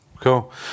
Cool